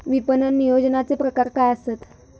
विपणन नियोजनाचे प्रकार काय आसत?